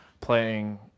playing